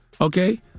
Okay